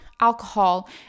Alcohol